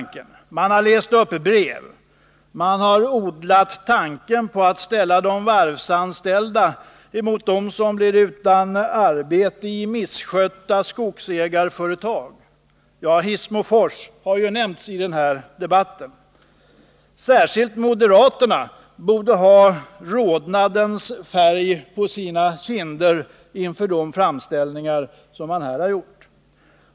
Man har läst upp brev, och man har odlat tanken att ställa varvsanställda mot dem som blir utan arbete i misskötta skogsägarföretag — Hissmofors har ju nämnts i den här debatten. Särskilt moderaterna borde ha rodnadens färg på sina kinder efter de framställningar som här har gjorts.